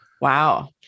Wow